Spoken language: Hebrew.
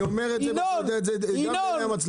אני אומר את זה גם מול המצלמות.